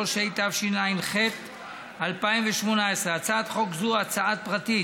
93), התשע"ח 2018. הצעת חוק זו היא הצעה פרטית